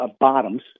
bottoms